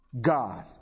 God